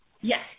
Yes